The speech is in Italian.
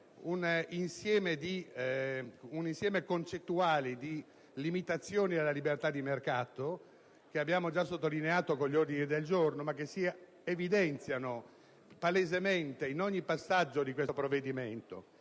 un insieme concettuale di limitazioni della libertà di mercato che abbiamo già sottolineato con gli ordini del giorno ma che si evidenziano palesemente in ogni passaggio del provvedimento.